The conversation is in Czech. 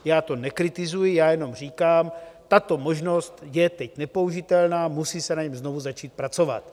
Já to nekritizuji, já jenom říkám, tato možnost je teď nepoužitelná, musí se na něm znovu začít pracovat.